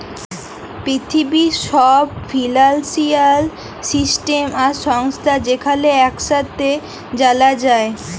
পিথিবীর ছব financial system আর সংস্থা যেখালে ইকসাথে জালা যায়